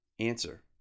Answer